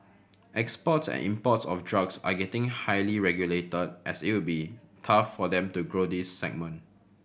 exports and imports of drugs are getting highly regulated as it would be tough for them to grow this segment